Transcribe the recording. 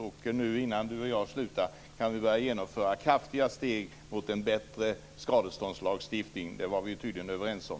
Innan Bengt Harding Olson och jag slutar kan vi börja genomföra kraftfulla steg mot en bättre skadeståndslagstiftning. Det var vi tydligen överens om.